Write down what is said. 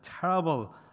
terrible